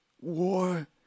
war